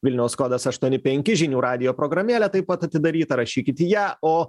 vilniaus kodas aštuoni penki žinių radijo programėlė taip pat atidaryta rašykit į ją o